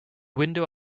window